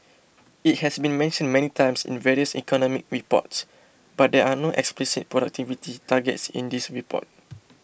it has been mentioned many times in various economic reports but there are no explicit productivity targets in this report